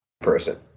person